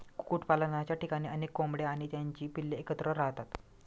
कुक्कुटपालनाच्या ठिकाणी अनेक कोंबड्या आणि त्यांची पिल्ले एकत्र राहतात